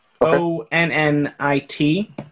O-N-N-I-T –